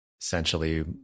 essentially